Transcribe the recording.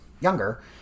younger